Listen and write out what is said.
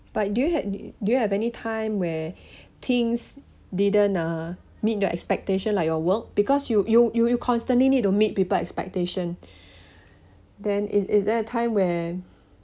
but do you had do you have any time where things didn't uh meet the expectation like your work because you you you you constantly need to meet people expectation then is is there a time where